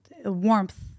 warmth